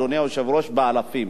אדוני היושב-ראש באלפים.